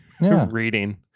reading